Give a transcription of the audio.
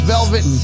Velvet